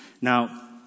Now